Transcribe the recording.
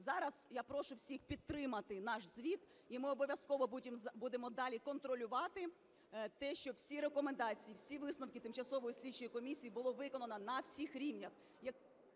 Зараз я прошу всіх підтримати наш звіт, і ми обов'язково будемо далі контролювати те, щоб всі рекомендації і всі висновки тимчасової слідчої комісії було виконано на всіх рівнях.